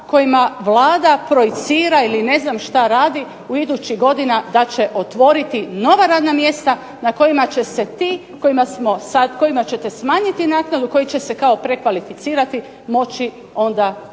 kojima Vlada projicira i ne znam što radi u idućih godina, da će otvoriti nova radna mjesta kojima ćete smanjiti naknadu, koji će se kao prekvalificirati moći onda i zaposliti.